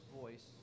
voice